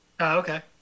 okay